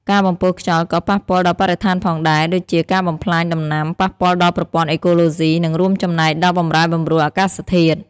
ការបំពុលខ្យល់ក៏ប៉ះពាល់ដល់បរិស្ថានផងដែរ ដូចជាការបំផ្លាញដំណាំ ប៉ះពាល់ដល់ប្រព័ន្ធអេកូឡូស៊ី និងរួមចំណែកដល់បម្រែបម្រួលអាកាសធាតុ។